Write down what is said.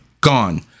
gone